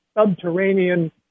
subterranean